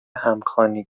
همخوانی